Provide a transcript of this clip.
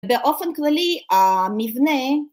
באופן כללי, המבנה...